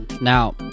Now